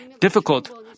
difficult